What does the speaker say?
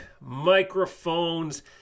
microphones